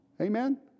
Amen